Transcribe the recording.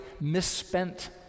misspent